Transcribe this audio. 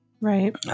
Right